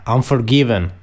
Unforgiven